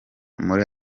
muri